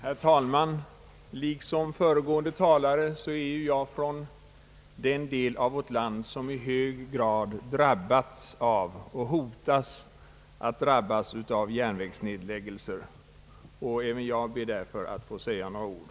Herr talman! Liksom föregående talare är jag från den del av vårt land som i hög grad drabbats av och hotas att drabbas av järnvägsnedläggelse. Även jag ber därför att få säga några ord.